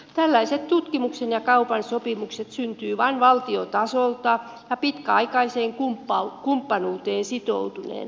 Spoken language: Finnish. tällaiset tutkimuksen ja kaupan sopimukset syntyvät vain valtiotasolta ja pitkäaikaiseen kumppanuuteen sitoutuneina